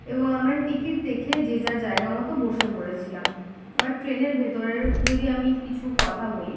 এবং আমরা টিকিট দেখে যে যার জায়গা মতো বসে পড়েছিলাম এবার ট্রেনের ভেতরের যদি আমি কিছু কথা বলি